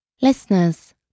Listeners